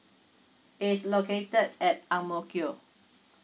is located at ang mo kio